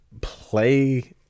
play